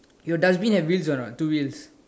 your dustbin have wheels or not two wheels